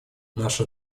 наша